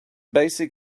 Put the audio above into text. basic